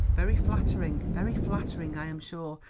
very flattering, very flattering, i am sure,